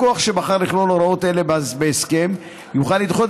לקוח שבחר לכלול הוראות אלה בהסכם יוכל לדחות